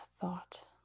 thought